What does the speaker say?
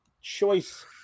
choice